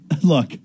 Look